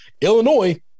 Illinois